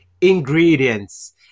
ingredients